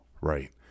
Right